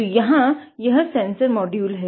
तो यहाँ यह सेंसर मोड्यूल है